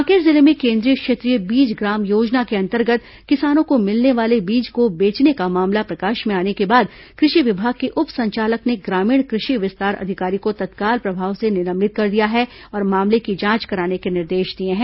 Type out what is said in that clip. कांकेर जिले में केंद्रीय क्षेत्रीय बीज ग्राम योजना के अंतर्गत किसानों को मिलने वाले बीज को बेचने का मामला प्रकाश में आने के बाद कृषि विभाग के उप संचालक ने ग्रामीण कृषि विस्तार अधिकारी को तत्काल प्रभाव से निलंबित कर दिया है और मामले की जांच कराने के लिए निर्देश दिए हैं